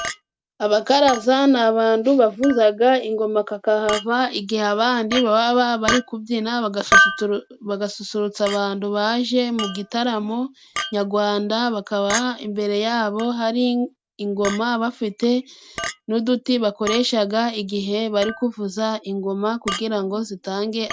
Abakaraza ni abantu bavuzaga ingoma kakahava, igihe abandi baba ba bari kubyina bagasusuturu bagasusurutsa abantu baje mu gitaramo nyagwanda. Bakaba imbere yabo hari ingoma bafite n'uduti bakoreshaga igihe bari kuvuza ingoma kugira ngo zitange...